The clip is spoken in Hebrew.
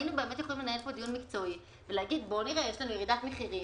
היינו יכולים לנהל פה דיון מקצועי ולהגיד יש לנו ירידת מחירים,